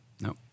No